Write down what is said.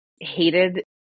hated